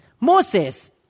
Moses